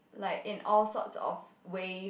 like in all sorts of ways